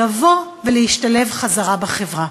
לבוא ולהשתלב חזרה בחברה.